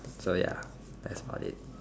so ya that's about it